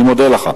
אני מודה לך.